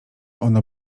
ono